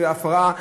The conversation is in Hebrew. הפרעה,